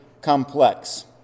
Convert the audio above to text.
complex